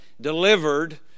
delivered